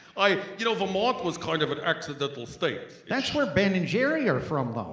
i, you know, vermont was kind of an accidental state. that's where ben and jerry are from